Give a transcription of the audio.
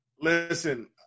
Listen